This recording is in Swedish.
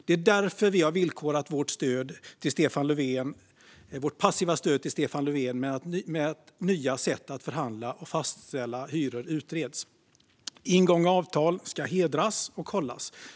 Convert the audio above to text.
Det är därför vi har villkorat vårt passiva stöd till Stefan Löfven med att nya sätt att förhandla och fastställa hyror utreds. Ingångna avtal ska hedras och hållas.